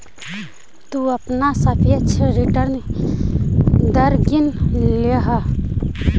तु अपना सापेक्ष रिटर्न दर गिन लेलह